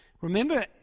Remember